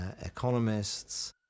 economists